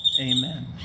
Amen